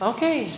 Okay